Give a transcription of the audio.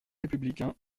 républicains